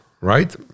right